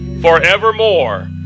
forevermore